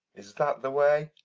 is that the way?